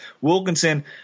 Wilkinson